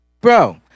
Bro